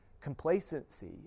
complacency